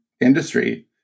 industry